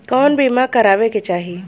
कउन बीमा करावें के चाही?